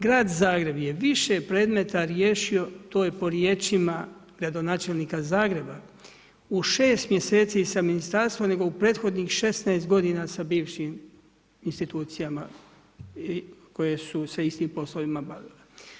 Grad Zagreb je više predmeta riješio, to je po riječima gradonačelnika Zagreba u 6 mjeseci sa Ministarstvom nego u prethodnih 16 godina sa bivšim institucijama koje su se istim poslovima bavile.